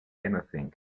anything